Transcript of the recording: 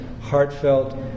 heartfelt